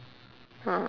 ah